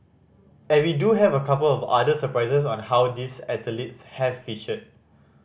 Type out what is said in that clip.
and we do have a couple of other surprises on how these athletes has featured